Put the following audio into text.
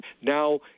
Now